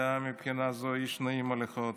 מבחינה זו, הוא היה איש נעים הליכות.